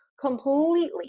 completely